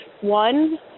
One